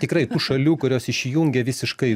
tikrai tų šalių kurios išjungia visiškai